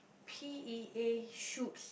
P_E_A shoots